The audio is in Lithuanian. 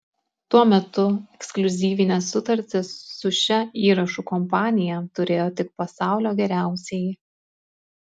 tuo metu ekskliuzyvines sutartis su šia įrašų kompanija turėjo tik pasaulio geriausieji